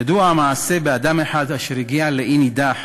ידוע המעשה באדם אחד אשר הגיע לאי נידח